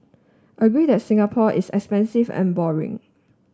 agree that Singapore is expensive and boring